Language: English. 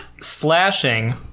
slashing